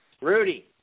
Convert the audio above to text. Rudy